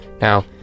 Now